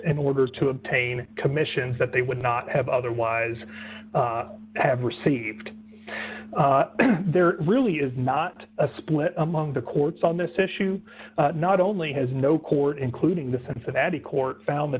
in order to obtain commissions that they would not have otherwise have received there really is not a split among the courts on this issue not only has no court including the cincinnati court found the